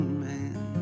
man